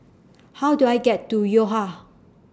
How Do I get to Yo Ha